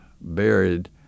buried